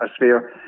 atmosphere